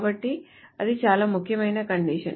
కాబట్టి అది చాలా ముఖ్యమైన కండిషన్